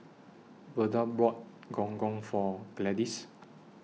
Verda bought Gong Gong For Gladis